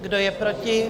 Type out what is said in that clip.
Kdo je proti?